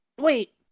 wait